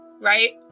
right